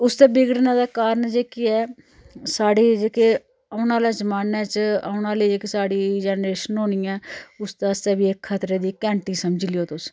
उसदे बिगड़ने दे कारण जेह्के ऐ साढ़े जेह्के औेने आह्ले जमान्ने च औने आह्ले जेह्की साढ़ी जनरेशन होनी ऐ उसदे आस्तै बी इक खतरे दी घैंटी समझो लैओ तुस